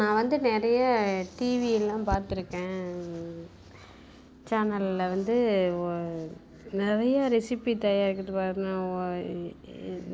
நான் வந்து நறைய டிவியெலாம் பார்த்துருக்கேன் சேனலில் வந்து நிறைய ரெசிப்பி தயாரிக்கிறதுக்கான